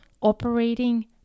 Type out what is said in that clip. Operating